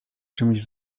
czymś